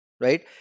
right